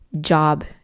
job